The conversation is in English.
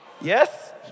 Yes